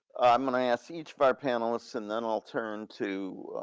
i'm gonna ask each of our panelists and then i'll turn to